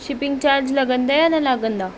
shipping charge लॻंदा या न लॻंदा